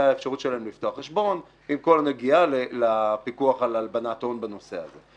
האפשרות שלהם לפתוח חשבון עם כל הנגיעה לפיקוח על הלבנת הון בנושא הזה.